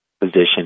position